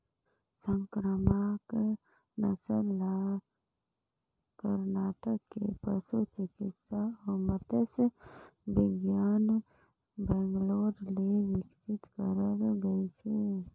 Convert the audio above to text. संकरामक नसल ल करनाटक के पसु चिकित्सा अउ मत्स्य बिग्यान बैंगलोर ले बिकसित करल गइसे